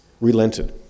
relented